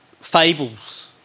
fables